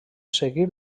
seguir